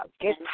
get